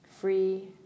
Free